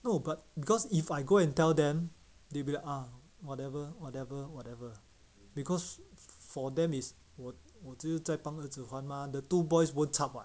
no but because if I go and tell them they'll be like ah whatever whatever whatever because for them is 我我只是在帮儿子还 mah the two boys won't cham [what]